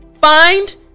find